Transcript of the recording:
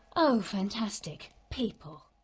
oh, fantastic. people.